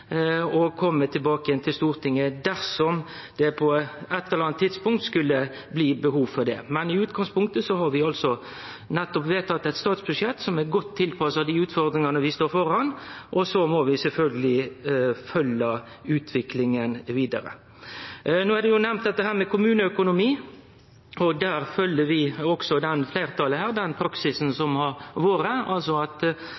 og kjem tilbake til Stortinget dersom det på eit eller anna tidspunkt skulle bli behov for det. Men i utgangspunktet har vi nettopp vedtatt eit statsbudsjett som er godt tilpassa dei utfordringane vi står framfor, og så må vi sjølvsagt følgje utviklinga vidare. No er dette med kommuneøkonomi nemnt, og der følgjer fleirtalet den praksisen som har vore, altså at kommunane må ha føreseielege rammer, og